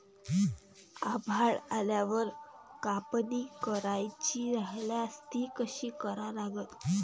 आभाळ आल्यावर कापनी करायची राह्यल्यास ती कशी करा लागन?